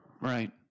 Right